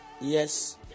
yes